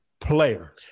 player